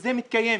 וזה מתקיים.